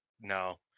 no